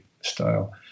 style